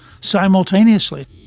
simultaneously